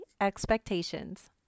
Expectations